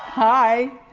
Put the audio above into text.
hi.